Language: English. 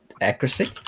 accuracy